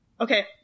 okay